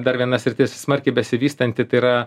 dar viena sritis smarkiai besivystanti tai yra